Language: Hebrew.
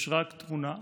יש רק תמונה אחת.